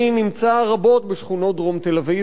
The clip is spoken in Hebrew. אני נמצא רבות בשכונות דרום תל-אביב,